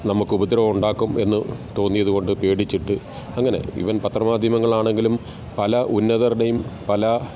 നമുക്ക് ഉപദ്രവമുണ്ടാക്കുമെന്ന് തോന്നിയതുകൊണ്ട് പേടിച്ചിട്ട് അങ്ങനെ ഈവൻ പത്രമാധ്യമങ്ങളാണെങ്കിലും പല ഉന്നതരുടെയും പല